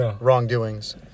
wrongdoings